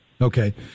Okay